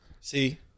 see